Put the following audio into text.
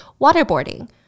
waterboarding